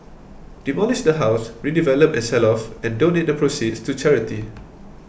demolish the house redevelop and sell off and donate the proceeds to charity